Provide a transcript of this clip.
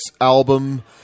album